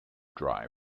dry